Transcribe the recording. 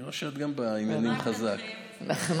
אני רואה שגם את חזק בעניינים.